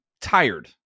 tired